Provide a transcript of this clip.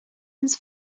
his